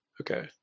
okay